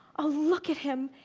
ah look at him!